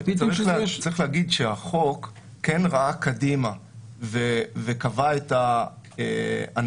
צריך להגיד שהחוק כן ראה קדימה וקבע את הנמכת